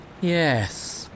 Yes